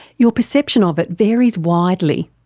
your perception of it varies widely.